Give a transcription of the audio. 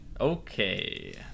Okay